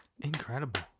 Incredible